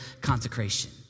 consecration